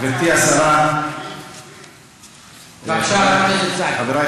גברתי השרה, בבקשה, חבר הכנסת סעדי.